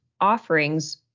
offerings